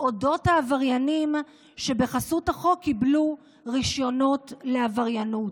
על אודות העבריינים שבחסות החוק קיבלו רישיונות לעבריינות.